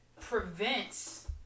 prevents